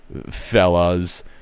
fellas